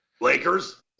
Lakers